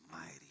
mighty